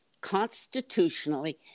constitutionally